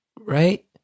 right